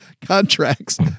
contracts